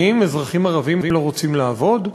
האם אזרחים ערבים לא רוצים לעבוד?